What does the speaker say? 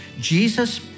Jesus